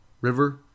river